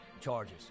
charges